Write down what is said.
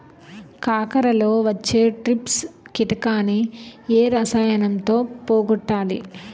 కాకరలో వచ్చే ట్రిప్స్ కిటకని ఏ రసాయనంతో పోగొట్టాలి?